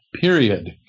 period